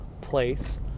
place